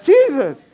Jesus